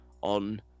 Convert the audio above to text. on